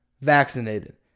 vaccinated